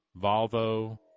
Volvo